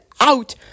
out